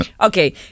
Okay